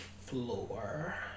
floor